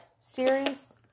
series